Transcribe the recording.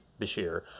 Bashir